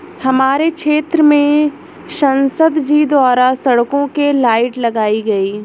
हमारे क्षेत्र में संसद जी द्वारा सड़कों के लाइट लगाई गई